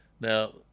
Now